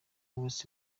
west